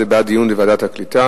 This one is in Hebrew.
זה בעד דיון בוועדת הקליטה,